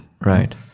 Right